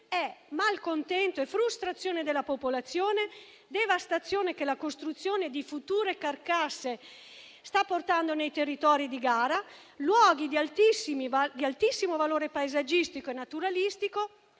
è malcontento e frustrazione della popolazione, devastazione che la costruzione di future carcasse sta portando nei territori di gara, luoghi di altissimo valore paesaggistico e naturalistico